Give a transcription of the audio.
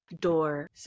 Door